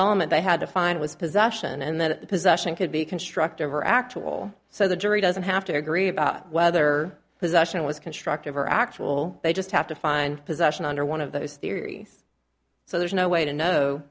element they had to find was possession and that the possession could be constructive or actual so the jury doesn't have to agree about whether possession was constructive or actual they just have to find possession under one of those theories so there's no way to know